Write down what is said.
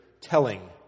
telling